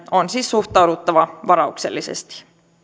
on siis suhtauduttava varauksellisesti